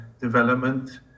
development